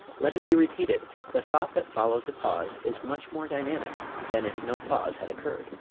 let it be repeated the thought that follows a pause is much more dynamic than if no pause had occurred.